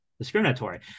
discriminatory